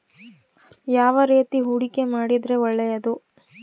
ಯಾವ ರೇತಿ ಹೂಡಿಕೆ ಮಾಡಿದ್ರೆ ಒಳ್ಳೆಯದು?